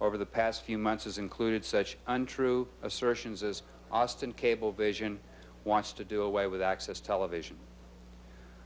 over the past few months has included such untrue assertions as austin cablevision wants to do away with access television